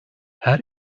her